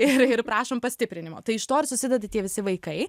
ir ir prašom pastiprinimo tai iš to ir susideda tie visi vaikai